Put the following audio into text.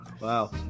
Wow